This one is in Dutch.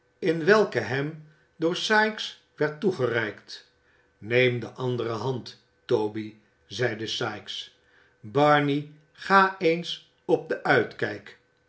in die welke hem door sikes werd toegereikt neem de andere hand toby zeide sikes barney ga eens op den uitkijk